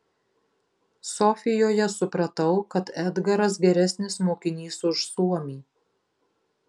sofijoje supratau kad edgaras geresnis mokinys už suomį